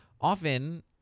often